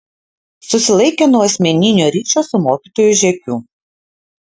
susilaikė nuo asmeninio ryšio su mokytoju žekiu